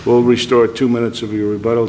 will restore two minutes of your rebuttal